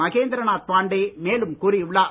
மகேந்திரநாத் பாண்டே மேலும் கூறியுள்ளார்